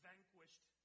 vanquished